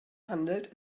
handelt